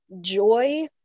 joy